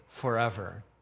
forever